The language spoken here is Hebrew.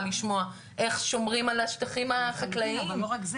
לשמוע איך שומרים על השטחים החקלאיים.